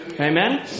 Amen